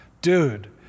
Dude